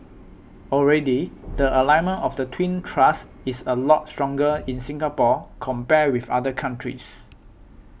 already the alignment of the twin thrusts is a lot stronger in Singapore compared with other countries